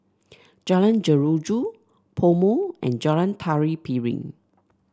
Jalan Jeruju PoMo and Jalan Tari Piring